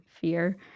fear